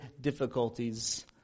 difficulties